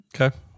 Okay